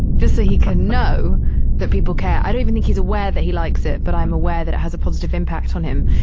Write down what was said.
just so he can know that people care. i don't even think he's aware that he likes it, but i am aware that it has a positive impact on him.